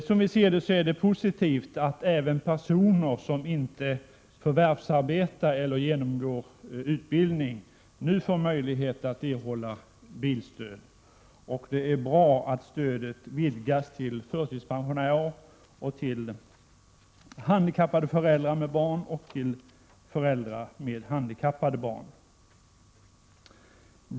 Som vi ser det, är det positivt att även personer som inte förvärvsarbetar eller genomgår utbildning nu får möjlighet att erhålla bilstöd, och det är bra att stödet vidgas till förtidspensionärer, till handikappade föräldrar med barn och till föräldrar med handikappade barn.